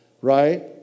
Right